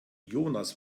jonas